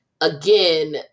again